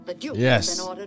Yes